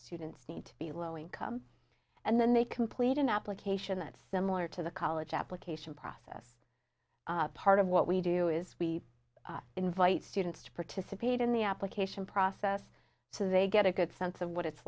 students need to be low income and then they complete an application that's similar to the college application process part of what we do is we invite students to participate in the application process so they get a good sense of what it's